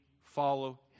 follow